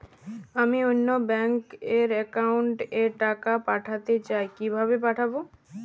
আমি অন্য ব্যাংক র অ্যাকাউন্ট এ টাকা পাঠাতে চাই কিভাবে পাঠাবো?